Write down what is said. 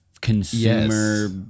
consumer